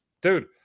Dude